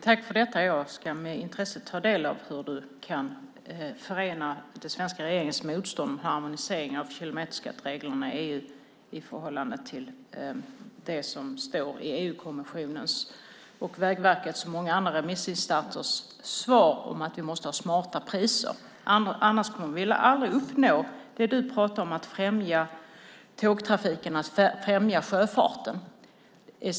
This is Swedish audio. Herr talman! Jag ska med intresse ta del av hur du kan förena den svenska regeringens motstånd mot harmonisering av kilometerskattereglerna i EU med det som står i EU-kommissionens, Vägverkets och många andra remissinstansers svar, att vi måste ha smarta priser. Annars kommer vi aldrig att uppnå det du pratar om, att främja tågtrafiken och sjöfarten.